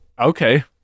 Okay